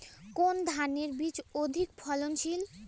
কোন ধানের বীজ অধিক ফলনশীল?